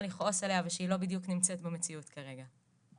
לכעוס עליה ושהיא לא בדיוק נמצאת במציאות כרגע.